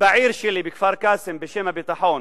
בעיר שלי, בכפר-קאסם, בשם הביטחון,